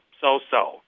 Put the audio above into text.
so-so